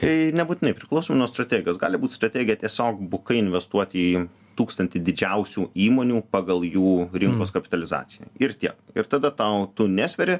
tai nebūtinai priklauso nuo strategijos gali būt strategija tiesiog bukai investuoti į tūkstantį didžiausių įmonių pagal jų rinkos kapitalizacija ir tiek ir tada tau tu nesveri